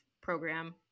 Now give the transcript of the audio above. program